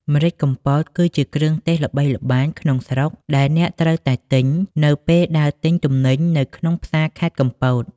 ម្រេចកំពតគឺជាគ្រឿងទេសល្បីល្បាយក្នុងស្រុកដែលអ្នកត្រូវតែទិញ នៅពេលដើរទិញទំនិញនៅក្នុងផ្សារខេត្តកំពត។